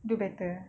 do better